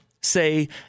say